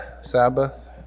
Sabbath